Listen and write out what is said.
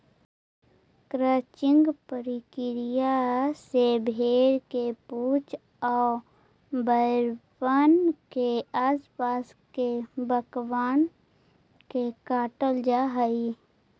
crutching प्रक्रिया से भेंड़ के पूछ आउ पैरबन के आस पास के बाकबन के काटल जा हई